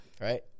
Right